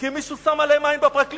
כי מישהו שם עליהם עין בפרקליטות.